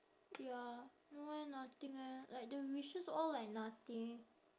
ya mine nothing eh like the wishes all like nothing